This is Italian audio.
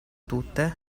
tutte